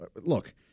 Look